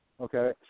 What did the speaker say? Okay